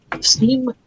Steam